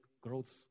growth